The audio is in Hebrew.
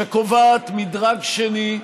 שקובעת דרג שני,